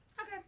Okay